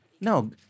No